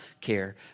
care